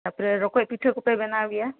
ᱛᱟᱯᱚᱨᱮ ᱨᱚᱠᱚᱡ ᱯᱤᱴᱷᱟᱹ ᱠᱚᱯᱮ ᱵᱮᱱᱟᱣ ᱜᱮᱭᱟ